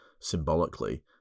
symbolically